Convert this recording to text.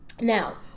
Now